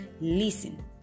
Listen